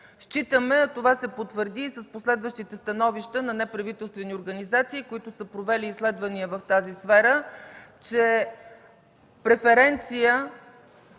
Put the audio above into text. Считаме, а това се потвърди и с последващите становища на неправителствени организации, които са провели изследвания в тази сфера, че преференция